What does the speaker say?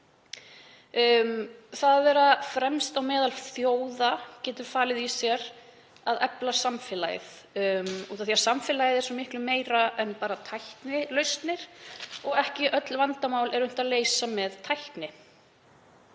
að vera fremst meðal þjóða getur falið í sér að efla samfélagið af því að samfélagið er svo miklu meira en bara tæknilausnir og ekki er unnt að leysa öll vandamál með tækni.